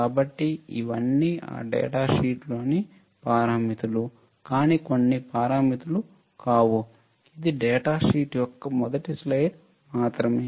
కాబట్టి ఇవన్నీ ఆ డేటా షీట్లోని పారామితులు కానీ అన్ని పారామితులు కాదు ఇది డేటా షీట్ యొక్క మొదటి స్లయిడ్ మాత్రమే